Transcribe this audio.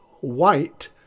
white